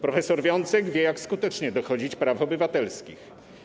Prof. Wiącek wie, jak skutecznie dochodzić praw obywatelskich.